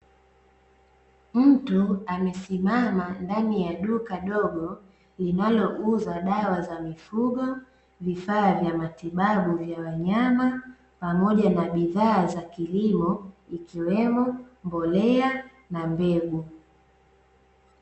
Mtu amesimama ndani ya duka dogo linalouza dawa za mifugo, vifaa vya matibabu vya wanyama pamoja na bidhaa za kilimo, ikiwemo mbolea na mbegu .